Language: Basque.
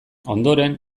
ondoren